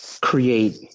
create